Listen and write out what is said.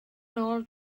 nôl